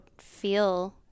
feel